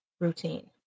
routine